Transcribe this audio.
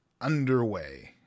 underway